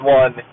one